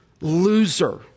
Loser